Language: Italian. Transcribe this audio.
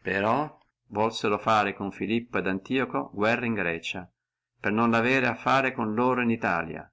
però vollono fare con filippo et antioco guerra in grecia per non la avere a fare con loro in italia